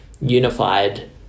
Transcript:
unified